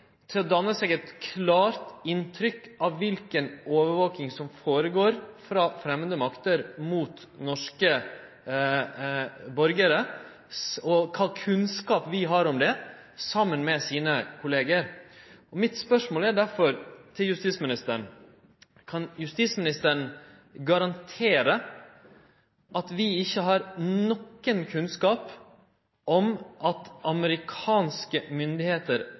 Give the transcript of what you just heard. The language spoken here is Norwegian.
til å danne seg eit klart inntrykk av kva overvaking som føregår frå framande makter mot norske borgarar, og kva kunnskap vi har om det. Mitt spørsmål er derfor til justisministeren: Kan justisministeren garantere at vi ikkje har nokon kunnskap om at amerikanske myndigheiter